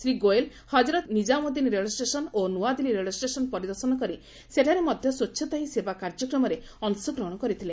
ଶ୍ରୀ ଗୋୟଲ ହଜରତ୍ ନିଜାମୁଦ୍ଦିନ୍ ରେଳଷ୍ଟେସନ୍ ଓ ନ୍ତଆଦିଲ୍ଲୀ ରେଳଷ୍ଟେସନ ପରିଦର୍ଶନ କରି ସେଠାରେ ମଧ୍ୟ ସ୍ୱଚ୍ଚତା ହି ସେବା କାର୍ଯ୍ୟକ୍ରମରେ ଅଂଶଗ୍ରହଣ କରିଥିଲେ